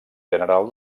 general